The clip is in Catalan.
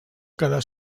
quedar